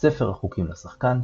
ספר החוקים לשחקן,